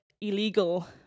illegal